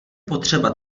potřeba